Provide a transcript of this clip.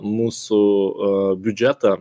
mūsų a biudžetą